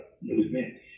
newsman